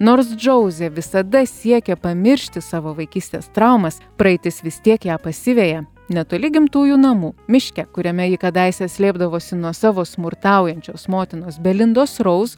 nors džauzė visada siekė pamiršti savo vaikystės traumas praeitis vis tiek ją pasiveja netoli gimtųjų namų miške kuriame ji kadaise slėpdavosi nuo savo smurtaujančios motinos belindos raus